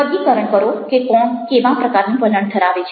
વર્ગીકરણ કરો કે કોણ કેવા પ્રકારનું વલણ ધરાવે છે